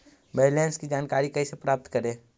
Balance की जानकारी कैसे प्राप्त करे?